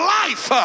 life